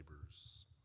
neighbors